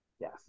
Yes